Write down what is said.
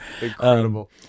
Incredible